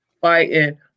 fighting